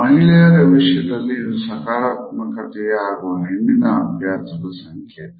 ಮಹಿಳೆಯರ ವಿಷಯದಲ್ಲಿ ಇದು ಸಕಾರಾತ್ಮಕತೆಯ ಹಾಗು ಹೆಣ್ಣಿನ ಅಭ್ಯಾಸದ ಸಂಕೇತ